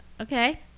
Okay